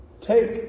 Take